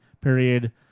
period